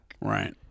Right